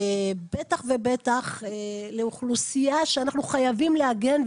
בטח ובטח לאוכלוסייה שאנחנו חייבים להגן עליה,